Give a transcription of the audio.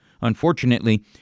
Unfortunately